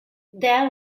there